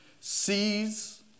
sees